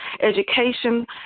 Education